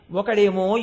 Wakademo